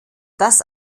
das